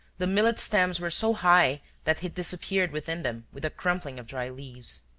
the millet stems were so high that he disappeared within them with a crumpling of dry leaves.